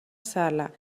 sala